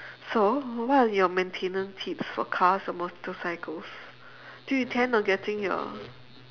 so what are your maintenance tips for cars or motorcycles do you intend on getting your